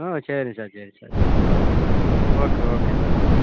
ஆ சரி சார் சரி சார் சரி okay okay sir okay sir